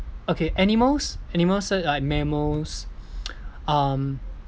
okay animals animals such like mammals um